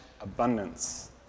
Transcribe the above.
abundance